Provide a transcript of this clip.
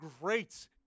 great